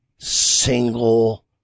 single